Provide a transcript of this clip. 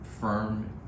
firm